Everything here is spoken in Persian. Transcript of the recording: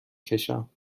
کشم